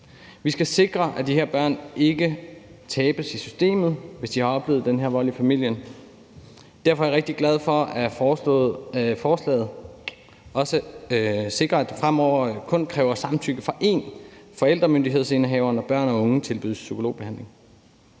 Vi skal sikre, at de her børn ikke tabes i systemet, hvis de har oplevet den her vold i familien. Derfor er jeg rigtig glad for, at forslaget også sikrer, at det fremover kun kræver samtykke fra én forældremyndighedsindehaver, når børn og unge tilbydes psykologbehandling.